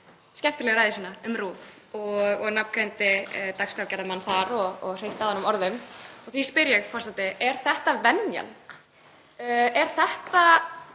skemmtilega ræðu sína um RÚV og nafngreindi dagskrárgerðarmann þar og hreytti í hann orðum. Því spyr ég forseti: Er þetta venjan? Er þetta